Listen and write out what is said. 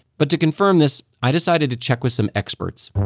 but to confirm this, i decided to check with some experts,